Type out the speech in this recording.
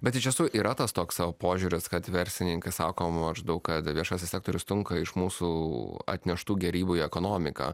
bet iš tiesų yra tas toks požiūris kad verslininkas sako maždaug kad viešasis sektorius tunka iš mūsų atneštų gėrybių į ekonomiką